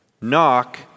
Knock